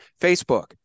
Facebook